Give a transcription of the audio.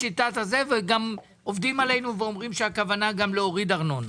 וגם עובדים עלינו ואומרים שהכוונה היא גם להוריד את הארנונה.